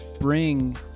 bring